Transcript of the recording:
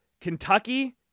Kentucky